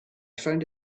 found